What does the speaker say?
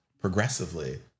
progressively